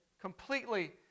Completely